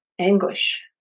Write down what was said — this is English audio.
anguish